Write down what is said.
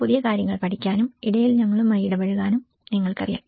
പുതിയ കാര്യങ്ങൾ പഠിക്കാനും ഇടയിൽ ഞങ്ങളുമായി ഇടപഴകാനും നിങ്ങൾക്കറിയാം